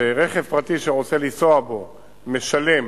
שרכב פרטי שרוצה לנסוע בו משלם